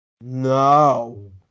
No